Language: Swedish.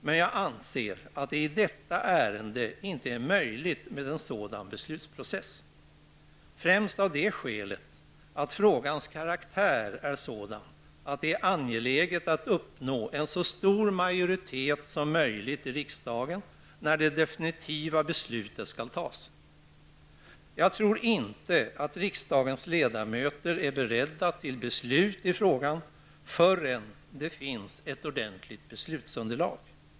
Men jag anser att det i detta ärende inte är möjligt med en sådan beslutsprocess, främst av det skälet att frågan är av den karaktären att det är angeläget att uppnå en så stor majoritet som möjligt i riksdagen när det definitiva beslutet skall fattas. Jag tror inte att riksdagens ledamöter är beredda att fatta beslut i frågan förrän det finns ett ordentligt beslutsunderlag.